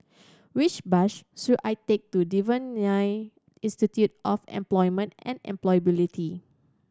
which bus should I take to Devan Nair Institute of Employment and Employability